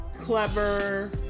clever